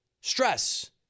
Stress